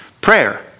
Prayer